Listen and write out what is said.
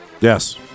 Yes